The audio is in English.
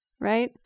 Right